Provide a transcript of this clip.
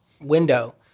window